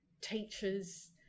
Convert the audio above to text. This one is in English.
teachers